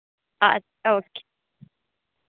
अच्छा ओके